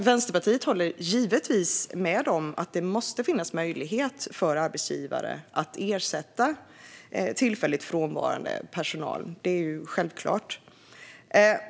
Vänsterpartiet håller givetvis med om att det måste finnas möjlighet för arbetsgivare att ersätta tillfälligt frånvarande personal. Det är självklart.